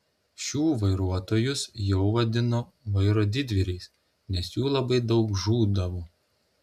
šių vairuotojus jau vadino vairo didvyriais nes jų labai daug žūdavo